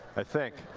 i think.